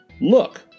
Look